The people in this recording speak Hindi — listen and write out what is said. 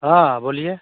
हाँ हाँ बोलिए